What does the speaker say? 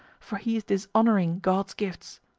for he is dishonouring god's gifts.